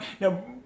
now